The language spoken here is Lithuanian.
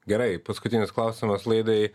gerai paskutinis klausimas laidai